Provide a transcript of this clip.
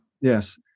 yes